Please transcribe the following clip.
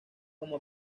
como